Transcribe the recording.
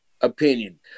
opinion